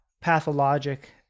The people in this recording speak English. pathologic